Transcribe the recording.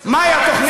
לשחרר את השטח הכבוש,